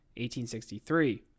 1863